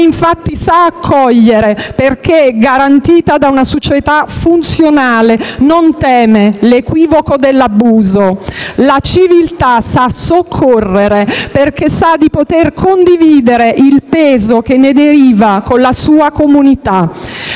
infatti, sa accogliere perché è garantita da una società funzionale, non teme l'equivoco dell'abuso. La civiltà sa soccorrere, perché sa di poter condividere il peso che ne deriva con la sua comunità.